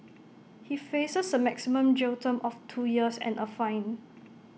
he faces A maximum jail term of two years and A fine